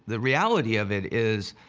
the reality of it is,